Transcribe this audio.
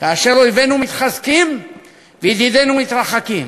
כאשר אויבינו מתחזקים וידידינו מתרחקים,